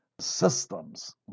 systems